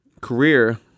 career